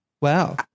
Wow